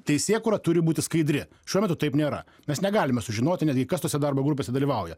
teisėkūra turi būti skaidri šiuo metu taip nėra mes negalime sužinoti netgi kas tose darbo grupėse dalyvauja